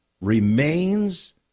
remains